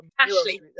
Ashley